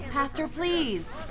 pastor, please.